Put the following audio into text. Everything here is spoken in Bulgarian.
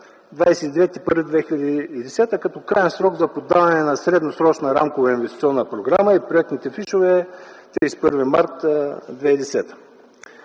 2010 г. като краен срок за подаване на средносрочна рамкова инвестиционна програма и проектните фишове е 31 март 2010